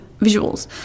visuals